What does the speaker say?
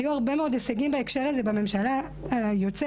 היו הרבה מאוד הישגים בהקשר זה בממשלה היוצאת,